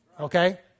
Okay